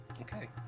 Okay